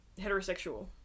heterosexual